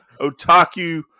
Otaku